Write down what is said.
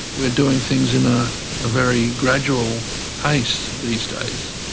we're doing things in a very gradual pace these days.